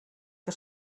que